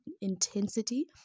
intensity